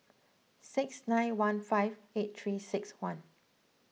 six nine one five eight three six one